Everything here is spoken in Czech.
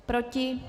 Proti?